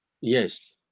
yes